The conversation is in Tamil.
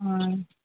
ஆ